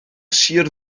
sir